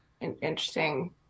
interesting